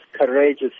courageous